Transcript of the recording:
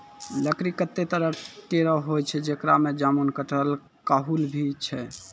लकड़ी कत्ते तरह केरो होय छै, जेकरा में जामुन, कटहल, काहुल भी छै